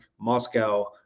Moscow